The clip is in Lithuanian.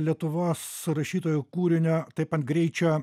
lietuvos rašytojo kūrinio taip ant greičio